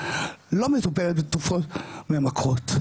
לא מטופלת בתרופות ממכרות.